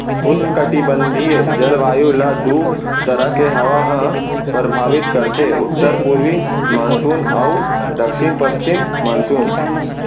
उस्नकटिबंधीय जलवायु ल दू तरह के हवा ह परभावित करथे उत्तर पूरवी मानसून अउ दक्छिन पस्चिम मानसून